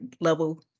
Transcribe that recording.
level